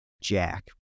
jack